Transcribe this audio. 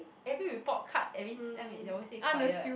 every report card every time it always say quiet